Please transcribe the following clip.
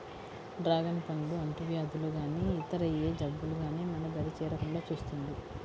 dragon పండు అంటువ్యాధులు గానీ ఇతర ఏ జబ్బులు గానీ మన దరి చేరకుండా చూస్తుంది